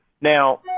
Now